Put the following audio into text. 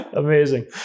Amazing